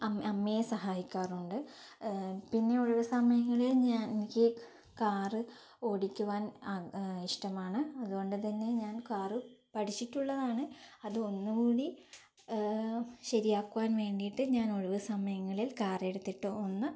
അം അമ്മയെ സഹായിക്കാറുണ്ട് പിന്നെ ഒഴിവുസമയങ്ങളിൽ ഞാൻ എനിക്ക് കാർ ഓടിക്കുവാൻ ഇഷ്ടമാണ് അതുകൊണ്ട് തന്നെ ഞാൻ കാർ പഠിച്ചിട്ടുള്ളതാണ് അത് ഒന്നുകൂടി ശരിയാക്കുവാൻ വേണ്ടിയിട്ട് ഞാൻ ഒഴിവ് സമയങ്ങളിൽ കാർ എടുത്തിട്ട് ഒന്ന്